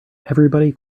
everybody